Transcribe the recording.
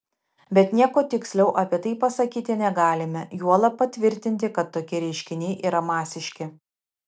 bet nieko tiksliau apie tai pasakyti negalime juolab patvirtinti kad tokie reiškiniai yra masiški